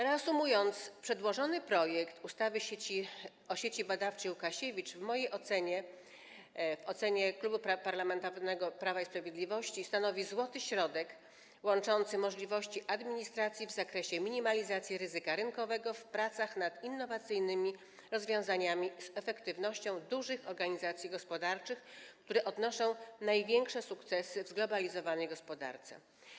Reasumując, przedłożony projekt ustawy o Sieci Badawczej Łukasiewicz w mojej ocenie, w ocenie Klubu Parlamentarnego Prawo i Sprawiedliwość, stanowi złoty środek łączący możliwości administracji w zakresie minimalizacji ryzyka rynkowego w pracach nad innowacyjnymi rozwiązaniami z efektywnością dużych organizacji gospodarczych, które odnoszą największe sukcesy w zglobalizowanej gospodarce.